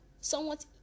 somewhat